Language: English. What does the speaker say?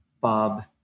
Bob